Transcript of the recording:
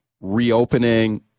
reopening